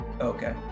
Okay